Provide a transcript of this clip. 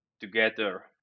together